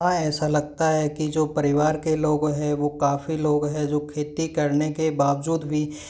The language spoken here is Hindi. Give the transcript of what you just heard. हाँ ऐसा लगता है कि जो परिवार के लोग है वो काफ़ी लोग है जो खेती करने के बावजूद भी